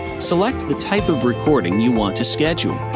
select the type of recording you want to schedule.